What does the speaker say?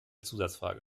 zusatzfrage